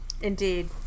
Indeed